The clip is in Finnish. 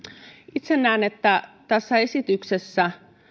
itse näen että tässä esityksessä